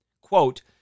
quote